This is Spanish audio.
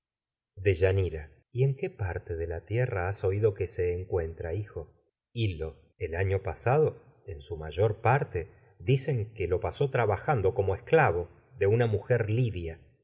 deyanira y en qué parte de la tierra has oído que se encuentra hijo pasado en su hil lo el año mayor parte dicen que lo pasó trabajando como esclavo de una mujer lidia